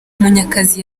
munyakazi